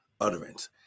utterance